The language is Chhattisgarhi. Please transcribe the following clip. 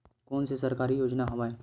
कोन कोन से सरकारी योजना हवय?